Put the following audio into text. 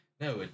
No